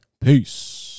peace